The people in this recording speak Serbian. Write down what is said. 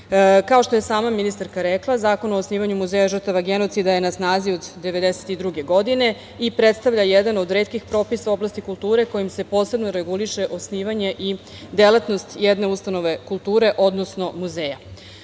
što je sama ministarka rekla, Zakon o osnivanju muzeja žrtava genocida je na snazi od 1992. godine i predstavlja jedan od retkih propisa u oblasti kulture kojim se posebno reguliše osnivanje i delatnost jedne ustanove kulture, odnosno